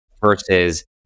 versus